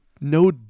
no